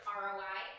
roi